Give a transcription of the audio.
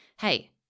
Hey